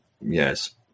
yes